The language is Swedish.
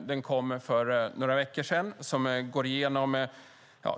Den kom för några veckor sedan. Där går man igenom